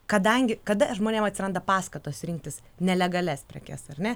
kadangi kada žmonėm atsiranda paskatos rinktis nelegalias prekes ar ne